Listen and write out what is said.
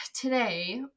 today